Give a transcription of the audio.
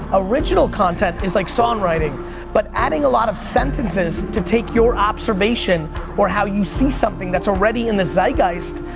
original content is like songwriting but adding a lot of sentences to take your observation or how you see something that's already in the zeitgeist,